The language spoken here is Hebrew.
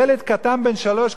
ילד קטן בן שלוש,